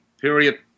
period